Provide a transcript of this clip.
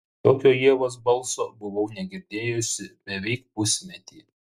tokio ievos balso buvau negirdėjusi beveik pusmetį